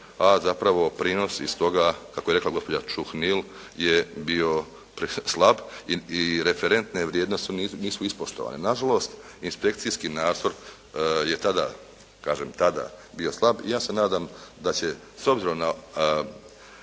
a zapravo prinos iz toga kako je rekla gospođa Čuhnil je bio preslab i referentne vrijednosti nisu ispoštovane. Nažalost inspekcijski nadzor je tada, kažem tada bio slab i ja se nadam da će s obzirom na